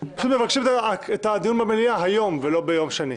פשוט מבקשים את הדיון במליאה היום, ולא ביום שני.